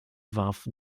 warf